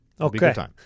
Okay